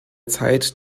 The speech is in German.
zeit